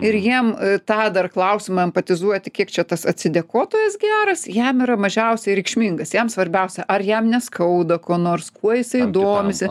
ir jiem tą dar klausimą empatizuoti kiek čia tas atsidėkotojas geras jam yra mažiausiai reikšmingas jam svarbiausia ar jam neskauda ko nors kuo jisai domisi